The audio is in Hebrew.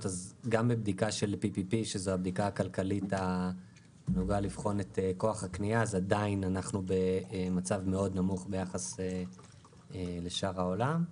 גם בבדיקה הכלכלית עדיין אנחנו במצב מאוד נמוך ביחס לשאר העולם.